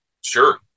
Sure